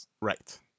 Right